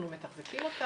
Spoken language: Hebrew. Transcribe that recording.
אנחנו מתחזקים אותה,